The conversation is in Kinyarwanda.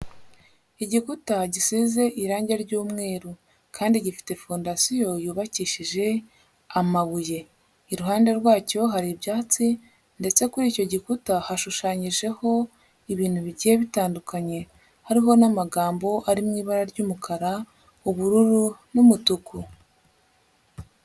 Igikuta gisize irange ry'umweru kandi gifite fondasiyo yubakishije amabuye, iruhande rwacyo hari ibyatsi ndetse kuri icyo gikuta hashushanyijeho ibintu bigiye bitandukanye, hariho n'amagambo ari mu ibara ry'umukara, ubururu n'umutuku.